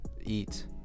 eat